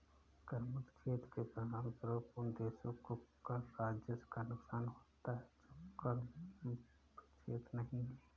कर मुक्त क्षेत्र के परिणामस्वरूप उन देशों को कर राजस्व का नुकसान होता है जो कर मुक्त क्षेत्र नहीं हैं